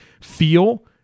feel